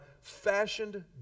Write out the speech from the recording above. fashioned